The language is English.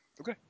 Okay